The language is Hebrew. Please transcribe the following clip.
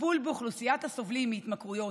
הטיפול באוכלוסיית הסובלים מהתמכרויות,